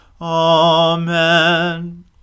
Amen